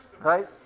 Right